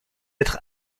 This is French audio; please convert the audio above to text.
être